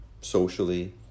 socially